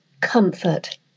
comfort